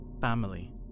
family